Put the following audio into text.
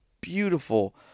beautiful